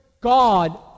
God